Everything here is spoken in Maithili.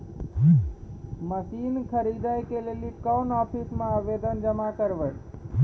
मसीन खरीदै के लेली कोन आफिसों मे आवेदन जमा करवै?